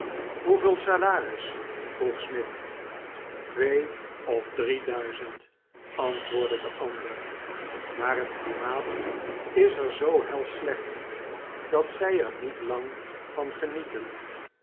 hoeveel salaris vroeg smith twee of drie duizend antwoordde de ander maar het klimaat is er zoo heisch siecht dat zij er niet lang van genieten